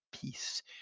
peace